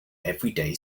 everyday